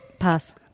Pass